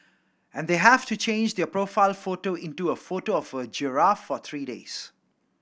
and they have to change their profile photo into a photo of a giraffe for three days